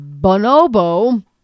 Bonobo